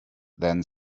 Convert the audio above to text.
then